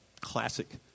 classic